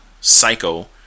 psycho